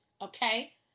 okay